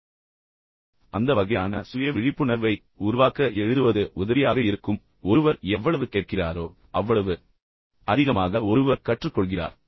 எனவே அந்த வகையான சுய விழிப்புணர்வை உருவாக்க எழுதுவது உதவியாக இருக்கும் பின்னர் ஒருவர் எவ்வளவு கேட்கிறாரோ அவ்வளவு அதிகமாக ஒருவர் கற்றுக்கொள்கிறார்